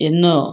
ఎన్నో